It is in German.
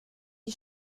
die